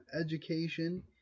education